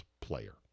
player